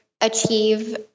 achieve